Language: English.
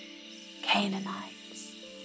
Canaanites